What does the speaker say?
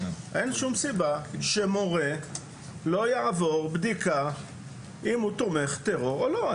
אין שום סיבה שמורה לא יעבור בדיקה אם הוא תומך טרור או לא.